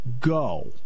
go